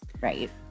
Right